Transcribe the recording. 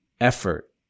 effort